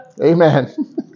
Amen